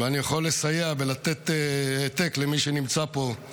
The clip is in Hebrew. ואני יכול לסייע ולתת העתק למי שנמצא פה,